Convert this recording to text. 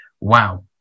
wow